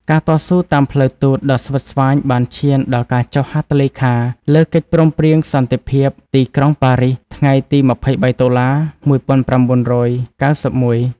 ការតស៊ូតាមផ្លូវទូតដ៏ស្វិតស្វាញបានឈានដល់ការចុះហត្ថលេខាលើកិច្ចព្រមព្រៀងសន្តិភាពទីក្រុងប៉ារីស ថ្ងៃទី ២៣ តុលា ១៩៩១។